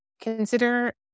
consider